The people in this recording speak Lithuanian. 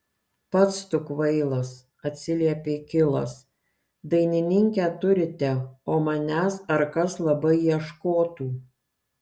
pats tu kvailas atsiliepė kilas dainininkę turite o manęs ar kas labai ieškotų